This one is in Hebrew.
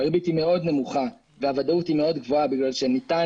העלות היא מאוד נמוכה והוודאות היא מאוד גבוהה כי ניתן